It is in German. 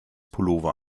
pullover